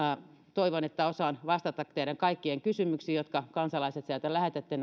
toivon että osaan vastata kaikkiin kysymyksiin joita te kansalaiset sieltä lähetätte